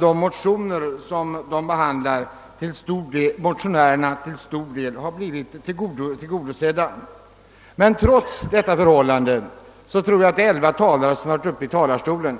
de motioner som där behandlas till stor del har blivit tillgodosedda. Trots detta har elva talare varit uppe i talarstolen.